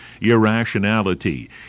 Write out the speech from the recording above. irrationality